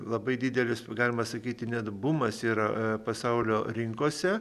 labai didelis galima sakyti net bumas yra pasaulio rinkose